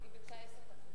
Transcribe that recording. היא נתנה לי עשר דקות.